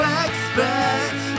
expect